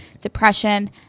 depression